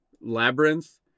labyrinth